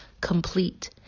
complete